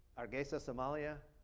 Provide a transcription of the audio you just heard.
hargeisa somalia,